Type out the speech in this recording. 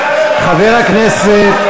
חבר הכנסת,